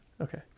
Okay